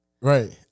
Right